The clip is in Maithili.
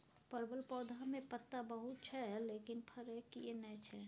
परवल पौधा में पत्ता बहुत छै लेकिन फरय किये नय छै?